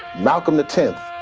malcolm the tenth